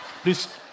please